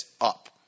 up